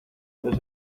antes